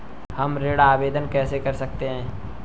हम ऋण आवेदन कैसे कर सकते हैं?